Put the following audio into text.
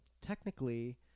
technically